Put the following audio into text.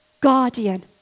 guardian